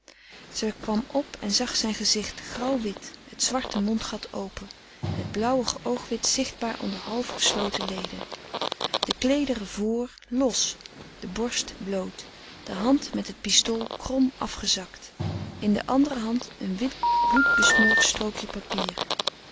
zij kwam op en zag zijn gezicht grauw wit het zwarte mondgat open het blauwig oogwit zichtbaar onder half gesloten leden de kleederen vr los de borst bloot de hand met het pistool krom afgezakt in de andere hand een wit bloed besmeurd strookje papier